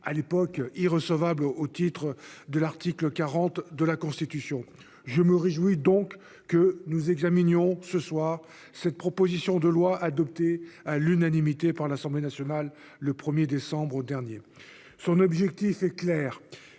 à l'époque irrecevable au titre de l'article 40 de la Constitution. Je me réjouis donc que nous examinions cette proposition de loi, adoptée à l'unanimité par l'Assemblée nationale le 1décembre dernier. L'objectif de ce